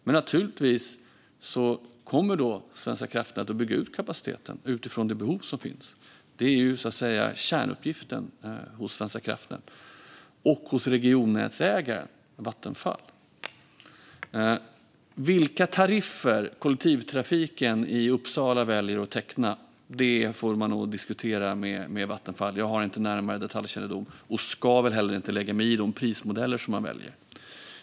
Men naturligtvis kommer då Svenska kraftnät att bygga ut kapaciteten utifrån det behov som finns. Det är kärnuppgiften för Svenska kraftnät och för regionnätsägaren, Vattenfall. För det andra: Vilka tariffer man väljer att teckna avtal om för kollektivtrafiken i Uppsala får nog diskuteras med Vattenfall. Jag har inte närmare detaljkännedom och ska väl inte heller lägga mig i de prismodeller som man väljer.